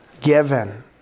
given